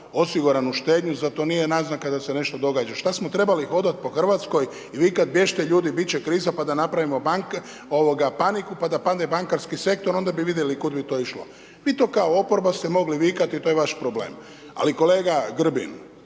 osiguranu štednju, zar to nije naznaka da se nešto događa. Šta smo trebali hodati po RH i vikati bježte ljudi biti će kriza, pa da napravimo paniku, pa da padne bankarski sektor, onda bi vidjeli kud bi to išlo. Vi to kao oporba ste mogli vikati i to je vaš problem. Ali kolega Grbin,